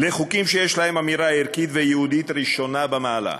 לחוקים שיש להם אמירה ערכית ויהודית ראשונה במעלה.